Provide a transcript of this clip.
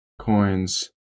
coins